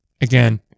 again